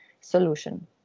solution